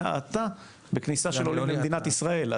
האטה בכניסה של עולים למדינת ישראל.